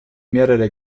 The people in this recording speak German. mehrere